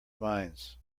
minds